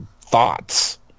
thoughts